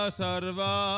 sarva